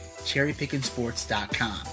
cherrypickinsports.com